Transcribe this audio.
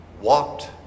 walked